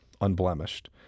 unblemished